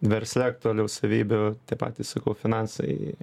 versle aktualių savybių tie patys sakau finansai